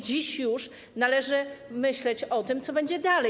Dziś już należy myśleć o tym, co będzie dalej.